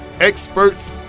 experts